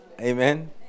Amen